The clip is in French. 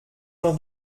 jean